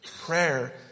Prayer